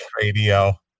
radio